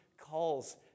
calls